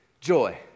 joy